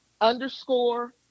underscore